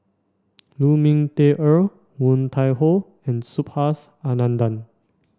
Lu Ming Teh Earl Woon Tai Ho and Subhas Anandan